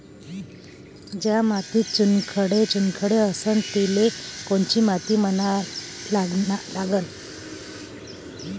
ज्या मातीत चुनखडे चुनखडे असन तिले कोनची माती म्हना लागन?